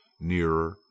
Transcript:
nearer